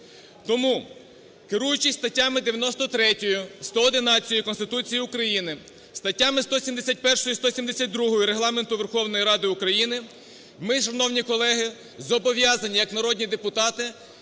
Тому, керуючись статтями 93, 111 Конституції України, статтями 171 і 172 Регламенту Верховної Ради України, ми, шановні колеги, зобов'язані як народні депутати,